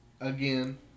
again